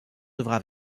devra